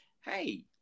Hey